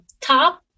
top